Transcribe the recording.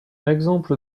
exemple